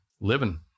living